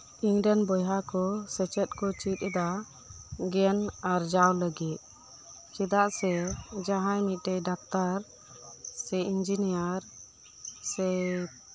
ᱤᱧᱨᱮᱱ ᱵᱚᱭᱦᱟᱠᱚ ᱥᱮᱪᱮᱫ ᱠᱚ ᱪᱮᱫ ᱮᱫᱟ ᱜᱮᱭᱟᱱ ᱟᱨᱡᱟᱣ ᱞᱟᱹᱜᱤᱫ ᱪᱮᱫᱟᱜ ᱥᱮ ᱡᱟᱦᱟᱸᱭ ᱢᱤᱫᱴᱮᱱ ᱰᱟᱠᱛᱟᱨ ᱥᱮ ᱤᱧᱡᱤᱱᱤᱭᱟᱨ ᱥᱮ